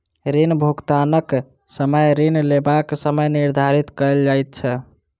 ऋण भुगतानक समय ऋण लेबाक समय निर्धारित कयल जाइत छै